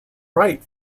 right